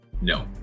No